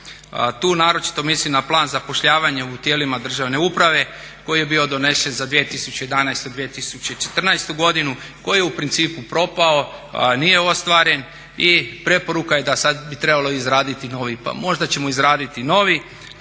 Tu naročito mislim na plan zapošljavanja u tijelima državne uprave koji je bio donesen za 2011., 2014. godinu, koji je u principu propao, nije ostvaren i preporuka je da sad bi trebalo izraditi novi. Pa možda ćemo izraditi novi, a